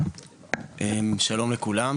שלום לכולם,